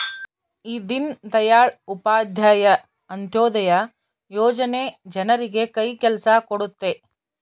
ಈ ದೀನ್ ದಯಾಳ್ ಉಪಾಧ್ಯಾಯ ಅಂತ್ಯೋದಯ ಯೋಜನೆ ಜನರಿಗೆ ಕೈ ಕೆಲ್ಸ ಕೊಡುತ್ತೆ